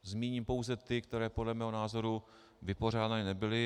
Zmíním pouze ty, které podle mého názoru vypořádány nebyly.